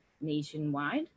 nationwide